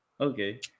okay